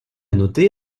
noter